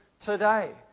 today